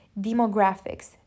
demographics